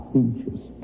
inches